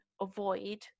avoid